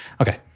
Okay